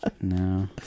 No